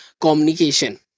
communication